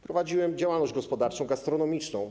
Prowadziłem działalność gospodarczą gastronomiczną.